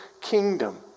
kingdom